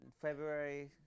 February